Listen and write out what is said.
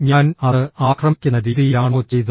ഞാൻ അത് ആക്രമിക്കുന്ന രീതിയിലാണോ ചെയ്തത്